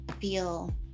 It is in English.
feel